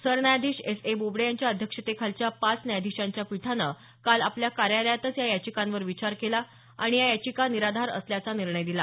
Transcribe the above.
सरन्यायाधीश S A Bobde यांच्या अध्यक्षतेखालच्या पाच न्यायाधीशांच्या पीठानं काल आपल्या कार्यालयातच या याचिकांवर विचार केला आणि या याचिका निराधार असल्याचा निर्णय दिला